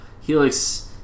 Helix